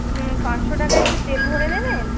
হুম পাঁচশো টাকার একটু তেল ভরে দেবেন